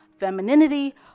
femininity